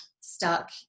stuck